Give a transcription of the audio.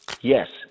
yes